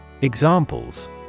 Examples